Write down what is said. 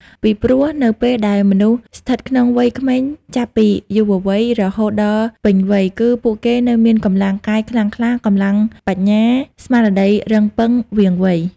ពីព្រោះនៅពេលដែលមនុស្សស្ថិតក្នុងវ័យក្មេងចាប់ពីយុវវ័យរហូតដល់ពេញវ័យ គឺពួកគេនៅមានកម្លាំងកាយខ្លាំងក្លា កម្លាំងបញ្ញា ស្មារតីរឹងប៉ឹង វាងវៃ ។